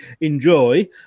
enjoy